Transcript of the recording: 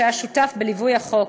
שהיה שותף בליווי החוק,